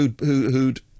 who'd